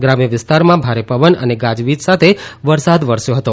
ગ્રામ્ય વિસ્તારમાં ભારે પવન અને ગાજવીજ સાથે વરસાદ વરસ્યો હતો